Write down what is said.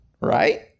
Right